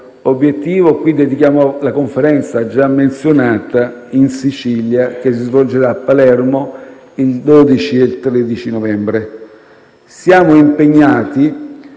obiettivo cui dedichiamo la Conferenza già menzionata in Sicilia, che si svolgerà a Palermo il 12 e il 13 novembre. Siamo impegnati